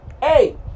hey